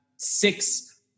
six